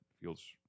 feels